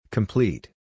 Complete